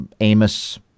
Amos